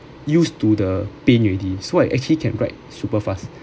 used to the pain already so I actually can write super fast